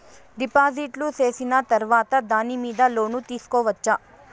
డిపాజిట్లు సేసిన తర్వాత దాని మీద లోను తీసుకోవచ్చా?